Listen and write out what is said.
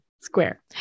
square